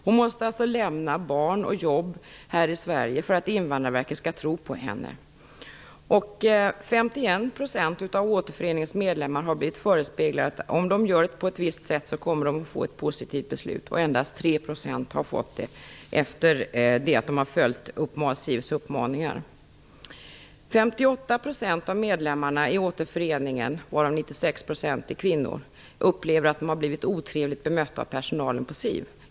Hon måste alltså lämna barn och jobb här i Sverige för att Invandrarverket skall tro på henne. 51 % av Återföreningens medlemmar har blivit förespeglade att de, om de gör på ett visst sätt, kommer att få ett positivt beslut. Endast 3 % har fått ett sådant efter det att de har följt SIV:s uppmaningar. av medlemmarna är kvinnor - upplever att de har blivit otrevligt bemötta av personalen på SIV.